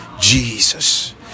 Jesus